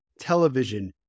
television